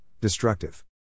destructive